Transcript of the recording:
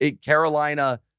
Carolina